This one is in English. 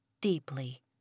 deeply